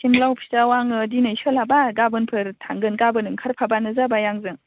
सिमला अफिसाव आं दिनै सोलाबा गाबोन थांगोन गाबोन ओंखारफाबानो जाबाय आंजों